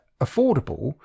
affordable